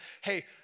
hey